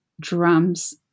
drums